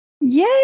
Yay